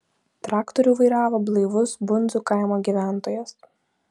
traktorių vairavo blaivus bundzų kaimo gyventojas